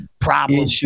problem